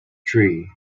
tree